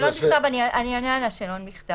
אני אענה על השאלון בכתב.